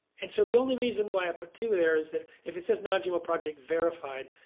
and so the only reason why i put two of theirs that if it says non-gmo project verified,